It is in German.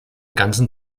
ganzen